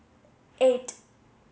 eight